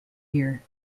year